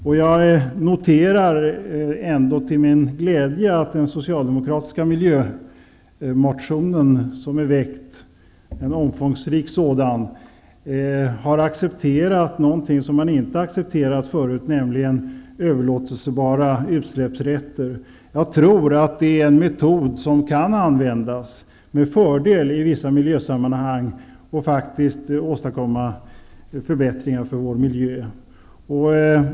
Till min glädje kan jag notera att socialdemokraterna i sin miljömotion, vilken är omfångsrik, accepterar en sak som man tidigare inte har accepterat, nämligen överlåtelsebara utsläppsrätter. Jag tror att det är en metod som med fördel kan användas i vissa miljösammanhang och som faktiskt kan åstadkomma förbättringar för vår miljö.